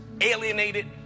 alienated